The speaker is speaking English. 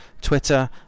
twitter